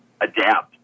adapt